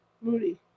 Moody